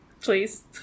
please